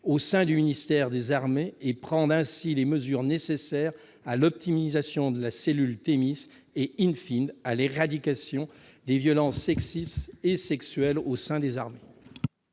au sein du ministère des armées et prendre ainsi les mesures nécessaires à l'optimisation de la cellule Thémis et,, à l'éradication des violences sexistes et sexuelles au sein des armées.